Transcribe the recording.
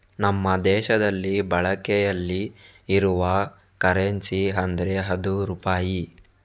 ನಮ್ಮ ದೇಶದಲ್ಲಿ ಬಳಕೆಯಲ್ಲಿ ಇರುವ ಕರೆನ್ಸಿ ಅಂದ್ರೆ ಅದು ರೂಪಾಯಿ